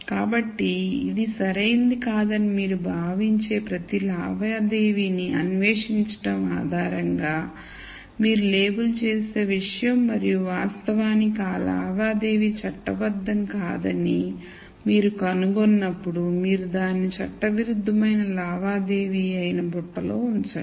కాబట్టి ఇది సరైనది కాదని మీరు భావించే ప్రతి లావాదేవీని అన్వేషించడం ఆధారంగా మీరు లేబుల్ చేసే విషయం మరియు వాస్తవానికి ఆ లావాదేవీ చట్టబద్ధం కాదని మీరు కనుగొన్నప్పుడు మీరు దానిని చట్టవిరుద్ధమైన లావాదేవీ అయిన బుట్టలో ఉంచండి